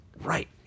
right